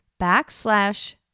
backslash